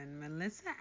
Melissa